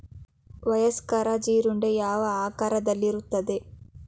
ವಯಸ್ಕ ಜೀರುಂಡೆ ಯಾವ ಆಕಾರದಲ್ಲಿರುತ್ತದೆ?